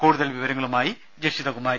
കൂടുതൽ വിവരങ്ങളുമായി ജഷിത കുമാരി